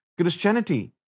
Christianity